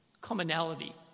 commonality